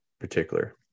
particular